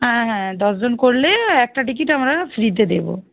হ্যাঁ হ্যাঁ দশজন করলে একটা টিকিট আমরা ফ্রীতে দেবো